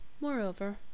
Moreover